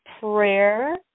prayer